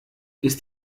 ist